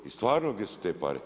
I stvarno gdje su te pare.